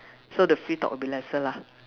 so the free talk will be lesser lah